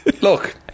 Look